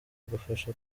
ugufasha